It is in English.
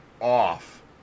off